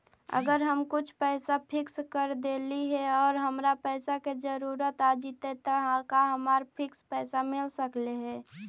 अगर हम कुछ पैसा फिक्स कर देली हे और हमरा पैसा के जरुरत आ जितै त का हमरा फिक्स पैसबा मिल सकले हे?